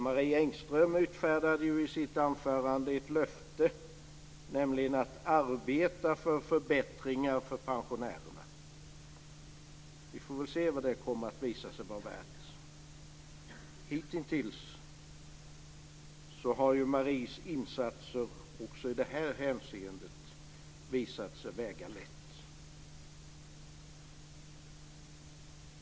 Marie Engström utfärdade i sitt anförande ett löfte, nämligen att arbeta för förbättringar för pensionärerna. Vi får väl se vad det kommer att visa sig vara värt. Hitintills har Marie Engströms insatser också i det här hänseendet visat sig väga lätt.